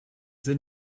sind